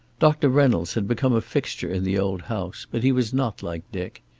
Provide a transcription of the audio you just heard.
doctor reynolds had become a fixture in the old house, but he was not like dick.